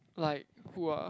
like who ah